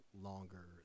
longer